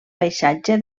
paisatge